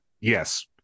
yes